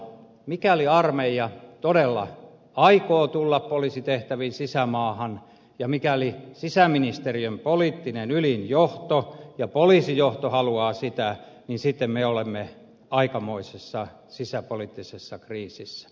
mikäli armeija todella aikoo tulla poliisitehtäviin sisämaahan ja mikäli sisäministeriön poliittinen ylin johto ja poliisijohto haluavat sitä niin sitten me olemme aikamoisessa sisäpoliittisessa kriisissä